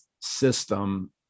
system